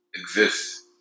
exists